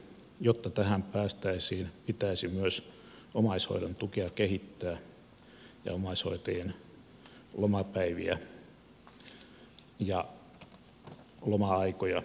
jotta tähän päästäisiin pitäisi myös omaishoidon tukea kehittää ja omaishoitajien lomapäiviä ja loma aikoja lisätä